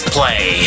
Play